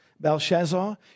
Belshazzar